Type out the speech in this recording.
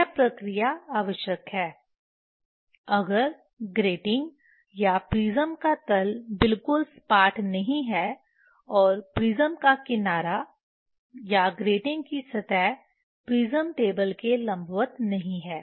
यह प्रक्रिया आवश्यक है अगर ग्रेटिंग या प्रिज़्म का तल बिल्कुल सपाट नहीं है और प्रिज़्म का किनारा या ग्रेटिंग की सतह प्रिज़्म टेबल के लंबवत नहीं है